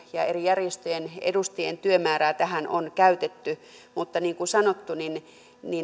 ja eri järjestöjen edustajien työmäärä tähän on käytetty mutta niin kuin sanottu